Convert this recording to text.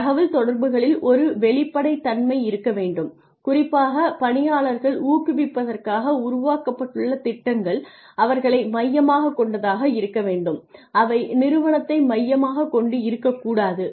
தகவல்தொடர்புகளில் ஒரு வெளிப்படைத்தன்மை இருக்க வேண்டும் குறிப்பாக பணியாளர்களை ஊக்குவிப்பதற்காக உருவாக்கப்பட்டுள்ள திட்டங்கள் அவர்களை மையமாகக் கொண்டதாக இருக்க வேண்டும் அவை நிறுவனத்தை மையமாக கொண்டு இருக்கக்கூடாது